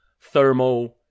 thermo